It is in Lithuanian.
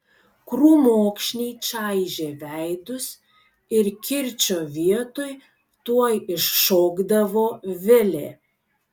krūmokšniai čaižė veidus ir kirčio vietoj tuoj iššokdavo vilė